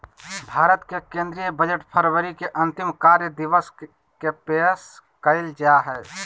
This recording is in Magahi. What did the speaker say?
भारत के केंद्रीय बजट फरवरी के अंतिम कार्य दिवस के पेश कइल जा हइ